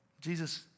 Jesus